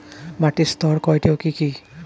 মাটির স্তর কয়টি ও কি কি?